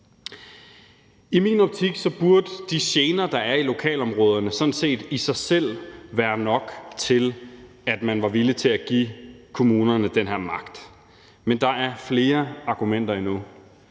I min optik burde de gener, der er i lokalområderne, sådan set i sig selv være nok til, at man var villig til at give kommunerne den her magt, men der er flere argumenter endnu.